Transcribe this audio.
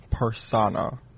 persona